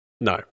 no